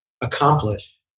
accomplish